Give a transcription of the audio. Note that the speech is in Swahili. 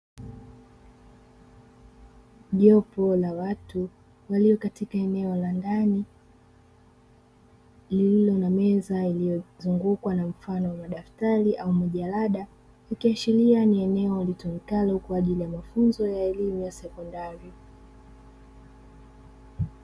Jopo la watu walio katika eneo la ndani lililo na meza iliyozungukwa na mfano wa madaftari au majalada, ikiashiria ni eneo litumikalo kwajili ya mafunzo ya elimu ya sekondari.